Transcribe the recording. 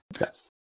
Yes